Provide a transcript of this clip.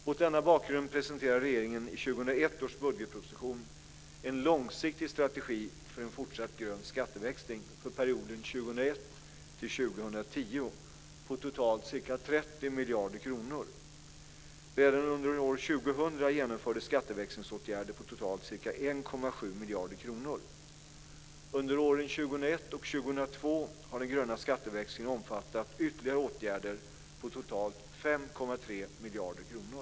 Mot denna bakgrund presenterade regeringen i på totalt ca 30 miljarder kronor. Redan under år 2000 miljarder kronor. Under åren 2001 och 2002 har den gröna skatteväxlingen omfattat ytterligare åtgärder på totalt 5,3 miljarder kronor.